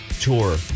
tour